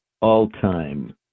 all-time